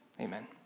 Amen